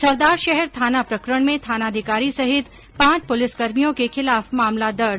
सरदारशहर थाना प्रकरण में थानाधिकारी सहित पांच पुलिसकर्मियों के खिलाफ मामला दर्ज